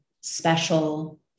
special